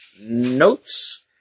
notes